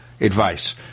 Advice